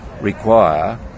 require